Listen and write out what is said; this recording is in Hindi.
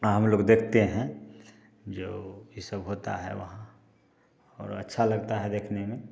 हम लोग देखते हैं जो ये सब होता है वहाँ और अच्छा लगता है देखने में